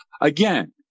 Again